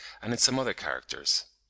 and in some other characters.